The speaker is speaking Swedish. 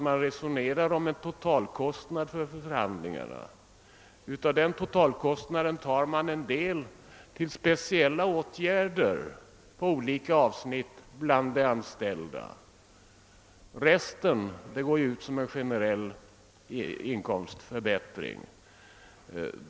Man resonerar ju om en totalkostnad för förhandlingarna, och av den totalkostnaden tar man en viss del till speciella åtgärder på olika avsnitt bland de anställda, medan resten utgår som en generell in komstförbättring.